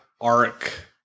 arc